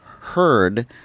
heard